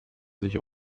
sich